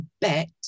bet